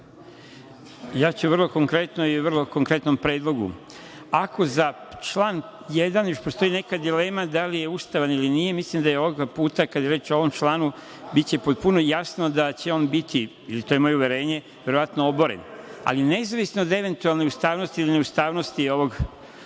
ću vrlo konkretno i o vrlo konkretnom predlogu. Ako za član 1. još postoji neka dilema da li je ustavan ili nije, mislim da je ovoga puta, kada je već u ovom članu, biće potpuno jasno da će on biti, ili to je moje uverenje, verovatno oboren. Ali, nezavisno od eventualne ustavnosti ili ne ustavnosti ovog